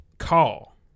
Call